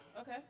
Okay